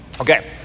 Okay